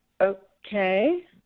Okay